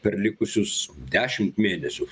per likusius dešimt mėnesių